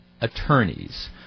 attorneys